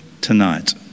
tonight